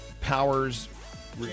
Powers